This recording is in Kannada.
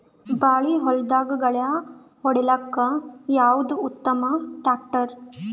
ಬಾಳಿ ಹೊಲದಾಗ ಗಳ್ಯಾ ಹೊಡಿಲಾಕ್ಕ ಯಾವದ ಉತ್ತಮ ಟ್ಯಾಕ್ಟರ್?